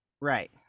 Right